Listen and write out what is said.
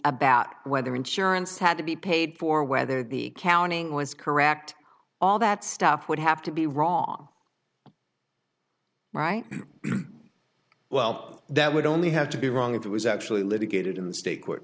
about whether insurance had to be paid for whether the counting was correct all that stuff would have to be wrong right well that would only have to be wrong if it was actually litigated in state court